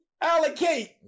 Allocate